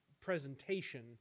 presentation